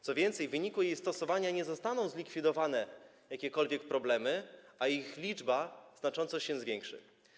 Co więcej, w wyniku stosowania jej zapisów nie zostaną zlikwidowane jakiekolwiek problemy, ich liczba znacząco się zwiększy.